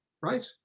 right